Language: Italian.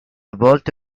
volte